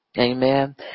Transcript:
Amen